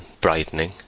brightening